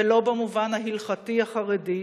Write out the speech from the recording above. ולא במובן ההלכתי, החרדי,